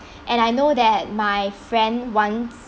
and I know that my friend wants